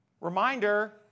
Reminder